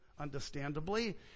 understandably